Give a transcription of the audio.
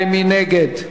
מי נגד?